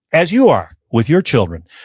as you are with your children,